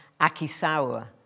Akisawa